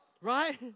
right